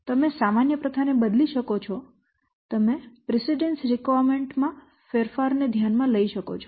તમે સામાન્ય પ્રથાને બદલી શકો છો તમે પ્રીસિડેન્સ રિક્વાયરમેન્ટ માં ફેરફારને ધ્યાનમાં લઈ શકો છો